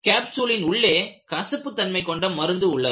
கேப்சூலின் உள்ளே கசப்பு தன்மை கொண்ட மருந்து உள்ளது